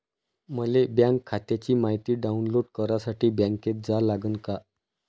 मले बँक खात्याची मायती डाऊनलोड करासाठी बँकेत जा लागन का?